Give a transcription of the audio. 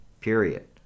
period